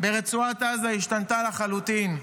ברצועת עזה השתנתה לחלוטין.